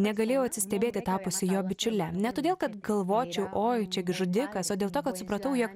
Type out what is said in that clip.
negalėjau atsistebėti tapusi jo bičiule ne todėl kad galvočiau oi čiagi žudikas o dėl to kad supratau jog